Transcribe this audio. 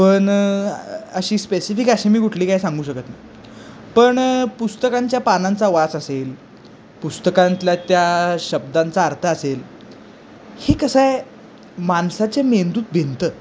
पण अशी स्पेसिफिक अशी मी कुठली काही सांगू शकत नाही पण पुस्तकांच्या पानांचा वास असेल पुस्तकातल्या त्या शब्दांचा अर्थ असेल हे कसं आहे माणसाच्या मेंदूत भिनतं